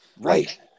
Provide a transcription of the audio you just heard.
right